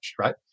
right